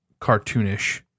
cartoonish